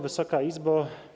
Wysoka Izbo!